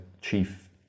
chief